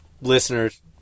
Listeners